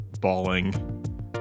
bawling